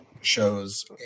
shows